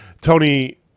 Tony